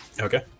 Okay